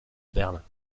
berlin